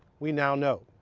we now know.